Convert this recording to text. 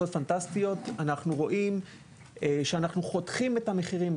אנחנו רואים שאנחנו חותכים את המחירים.